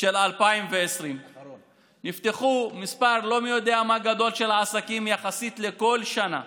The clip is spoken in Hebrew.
של 2020. נפתח מספר לא מי יודע מה גדול של העסקים יחסית לכל שנה.